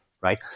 right